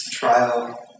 Trial